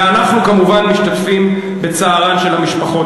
ואנחנו כמובן משתתפים בצערן של המשפחות.